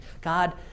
God